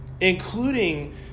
including